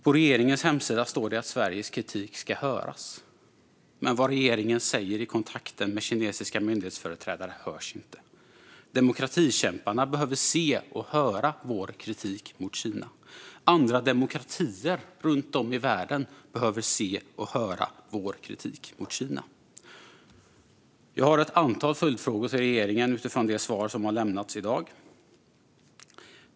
På regeringens hemsida står det att Sveriges kritik ska höras. Men vad regeringen säger i kontakten med kinesiska myndighetsföreträdare hörs inte. Demokratikämparna behöver se och höra vår kritik mot Kina. Andra demokratier runt om i världen behöver se och höra vår kritik mot Kina. Jag har ett antal följdfrågor till regeringen utifrån det svar som har lämnats i dag.